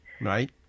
Right